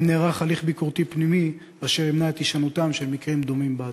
האם נערך הליך ביקורתי פנימי אשר ימנע את הישנותם של מקרים דומים בעתיד?